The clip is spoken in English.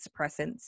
suppressants